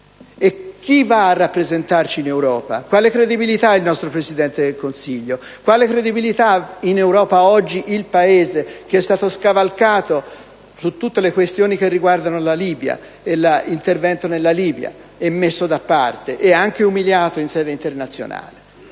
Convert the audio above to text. chi va a rappresentarci in Europa? Quale credibilità ha il nostro Presidente del Consiglio e quale credibilità ha oggi il nostro Paese, che è stato scavalcato su tutte le questioni relative alla Libia e all'intervento in Libia, è messo da parte, e anche umiliato, in sede internazionale?